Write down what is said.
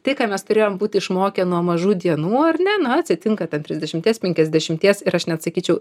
tai ką mes turėjom būt išmokę nuo mažų dienų ar ne na atsitinka ten trisdešimties penkiasdešimties ir aš net sakyčiau